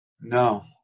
No